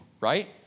right